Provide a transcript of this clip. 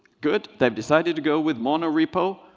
good. they've decided to go with monorepo.